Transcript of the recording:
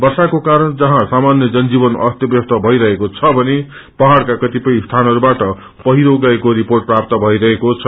वर्षाको कारण जहाँ सामान्य जनजीवन अस्तव्यस्त भइरहेको छ भने पाहाङका कतिपय स्थानहरूबाट पहिरो गएको रिर्पोट प्राप्त भइरहेको छ